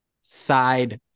side